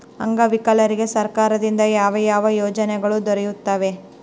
ಅಂಗವಿಕಲರಿಗೆ ಸರ್ಕಾರದಿಂದ ಯಾವ ಯಾವ ಯೋಜನೆಗಳು ದೊರೆಯುತ್ತವೆ?